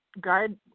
guide